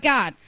God